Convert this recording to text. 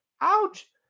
Ouch